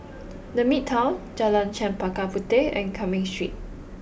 the Midtown Jalan Chempaka Puteh and Cumming Street